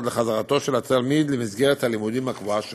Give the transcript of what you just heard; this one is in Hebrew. עד לחזרת התלמיד למסגרת הלימודים הקבועה שלו.